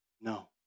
No